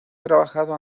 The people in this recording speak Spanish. trabajado